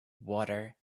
water